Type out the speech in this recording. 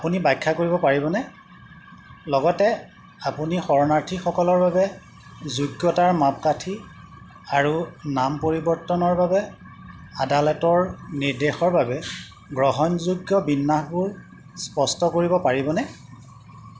আপুনি ব্যাখ্যা কৰিব পাৰিবনে লগতে আপুনি শৰণাৰ্থীসকলৰ বাবে যোগ্যতাৰ মাপকাঠি আৰু নাম পৰিৱৰ্তনৰ বাবে আদালতৰ নিৰ্দেশৰ বাবে গ্ৰহণযোগ্য বিন্যাসবোৰ স্পষ্ট কৰিব পাৰিবনে